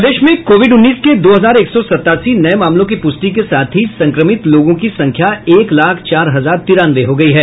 प्रदेश में कोविड उन्नीस के दो हजार एक सौ सतासी नये मामलों की पुष्टि के साथ ही संक्रमित लोगों की संख्या एक लाख चार हजार तिरानवे हो गयी है